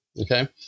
okay